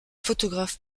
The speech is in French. photographe